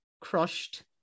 crushed